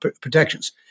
protections